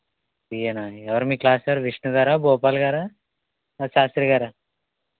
బీఏనా ఎవరు మీ class sir విష్ణుగారా గోపాల్గారా శాస్త్రిగారా